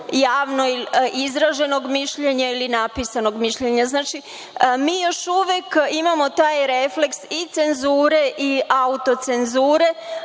javno izraženog mišljenja ili napisanog mišljenja. Znači, mi još uvek imamo taj refleks i cenzure i autocenzure,